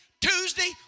Tuesday